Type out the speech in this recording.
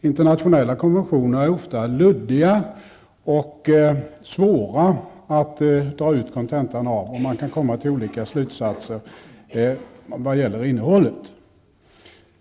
Internationella konventioner är ofta luddiga och svåra att dra ut kontentan av. Man kan komma till olika slutsatser vad gäller innehållet.